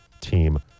team